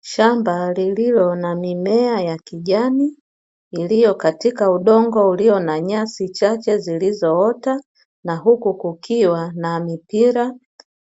Shamba lililo na mimea ya kijani, iliyo katika udongo ulio na nyasi chache zilizoota, na huku kukiwa na mipira